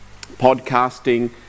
podcasting